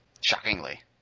shockingly